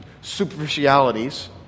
superficialities